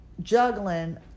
juggling